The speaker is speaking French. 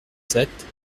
sept